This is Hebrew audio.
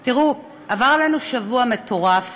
תראו, עבר עלינו שבוע מטורף